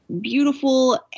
beautiful